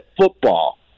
football